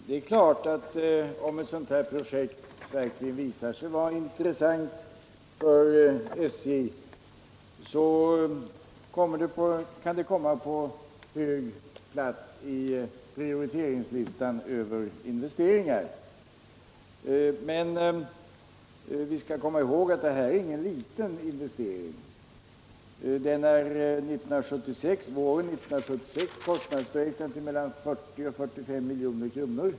Herr talman! Det är klart att om ett sådant här projekt verkligen visar sig vara intressant för SJ kan det komma på hög plats i prioriteringslistan över investeringar. Men vi skall komma ihåg att detta är ingen liten investering. Den är våren 1976 kostnadsberäknad till mellan 40 och 45 milj.kr.